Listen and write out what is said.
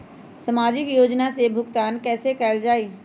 सामाजिक योजना से भुगतान कैसे कयल जाई?